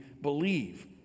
believe